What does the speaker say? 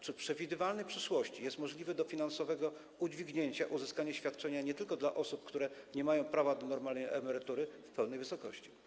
Czy w przewidywalnej przyszłości jest możliwe do finansowego udźwignięcia uzyskanie świadczenia nie tylko przez osoby, które nie mają prawa do normalnej emerytury w pełnej wysokości?